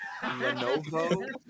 Lenovo